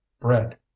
bread